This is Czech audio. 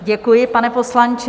Děkuji, pane poslanče.